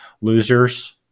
losers